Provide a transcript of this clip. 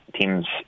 team's